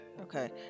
okay